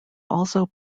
also